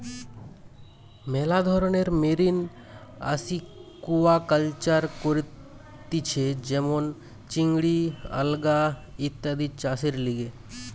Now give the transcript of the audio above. মেলা ধরণের marine aquaculture করতিছে যেমন চিংড়ি, আলগা ইত্যাদি চাষের লিগে